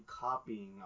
copying